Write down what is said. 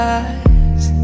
eyes